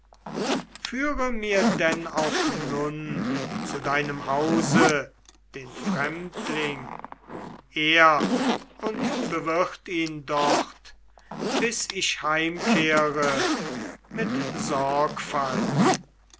führe mir denn auch nun zu deinem hause den fremdling ehr und bewirt ihn dort bis ich heimkehre mit sorgfalt